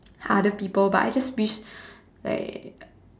other people I just wish like